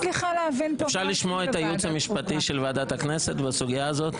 אפשר לשמוע את הייעוץ המשפטי של ועדת הכנסת בסוגיה הזאת?